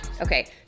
Okay